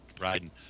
Riding